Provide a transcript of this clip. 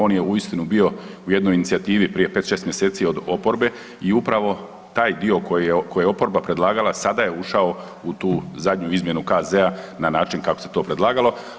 On je uistinu bio u jednoj inicijativi prije 5, 6 mjeseci od oporbe i upravo taj dio koji je oporba predlagala sada je ušao u tu zadnju izmjenu KZ-a na način kako se to predlagalo.